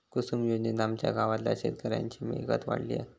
कुसूम योजनेत आमच्या गावातल्या शेतकऱ्यांची मिळकत वाढली हा